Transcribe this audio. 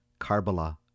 Karbala